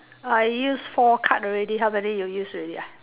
I use four card already how many you use already ah